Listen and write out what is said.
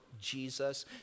Jesus